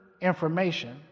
information